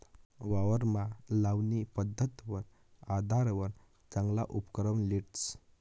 वावरमा लावणी पध्दतवर आधारवर चांगला उपकरण लेतस